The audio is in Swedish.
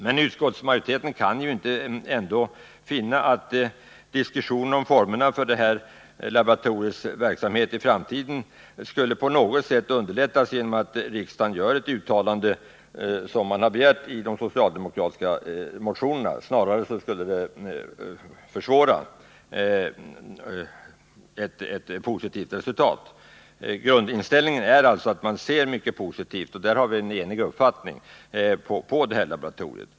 Men utskottsmajoriteten kan inte finna att diskussionen om formerna för laboratoriets verksamhet i framtiden på något sätt skulle underlättas genom att riksdagen gjorde ett sådant uttalande som man begärt i de socialdemokratiska motionerna. Snarare skulle det försvåra möjligheterna till ett positivt resultat. Utskottets grundinställning är alltså att man ser positivt på och har en enig uppfattning om laboratoriet.